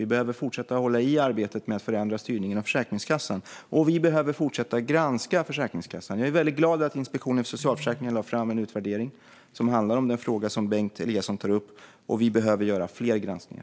Vi behöver fortsätta hålla i arbetet med att förändra styrningen av Försäkringskassan, och vi behöver fortsätta granska Försäkringskassan. Jag är väldigt glad över att Inspektionen för socialförsäkringen lade fram en utvärdering som handlar om den fråga som Bengt Eliasson tar upp. Och vi behöver göra fler granskningar.